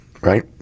Right